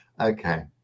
okay